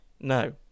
No